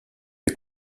est